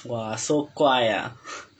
!wah! so guai ah